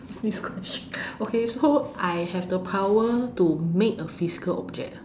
this question okay so I have the power to make a physical object ah